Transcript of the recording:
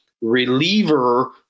reliever